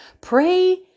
pray